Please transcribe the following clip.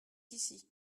ici